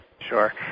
Sure